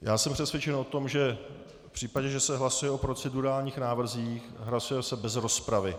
Já jsem přesvědčen o tom, že v případě, že se hlasuje o procedurálních návrzích, hlasuje se bez rozpravy.